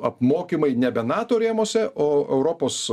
apmokymai nebe nato rėmuose o europos